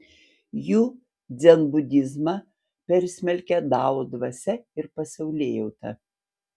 jų dzenbudizmą persmelkia dao dvasia ir pasaulėjauta